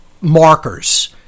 markers